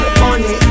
money